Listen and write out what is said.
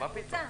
אני רוצה,